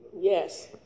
Yes